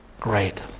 great